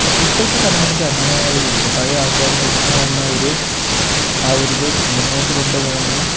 പക്ഷെ ഇപ്പോഴത്തെ തലമുറയ്ക്ക് അങ്ങനെ ഒരു ഇതില്ല പഴയ ആൾക്കാർ തുടർന്ന് വന്ന ഒരു ആ ഒരു ഇത് മുന്നോട്ട് കൊണ്ടുപോണം എന്ന്